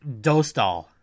Dostal